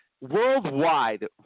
Worldwide